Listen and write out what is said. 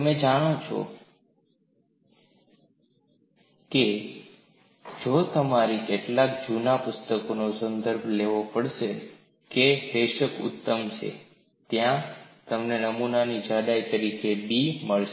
તમે જાણો છો કે જો તમારે કેટલાક જૂના પુસ્તકોનો સંદર્ભ લેવો પડશે જે બેશક ઉતમ છે ત્યાં તમને નમૂનાની જાડાઈ તરીકે 'B' બી મળશે